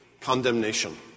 condemnation